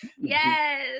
Yes